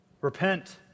Repent